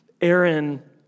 Aaron